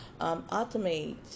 automate